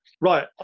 Right